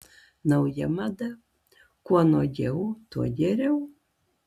nauja mada kuo nuogiau tuo geriau